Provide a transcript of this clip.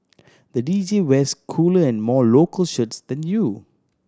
the D J wears cooler and more local shirts than you